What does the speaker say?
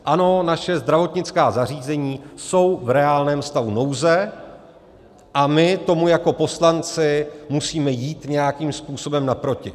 Ano, naše zdravotnická zařízení jsou v reálném stavu nouze a my tomu jako poslanci musíme jít nějakým způsobem naproti.